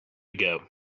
ago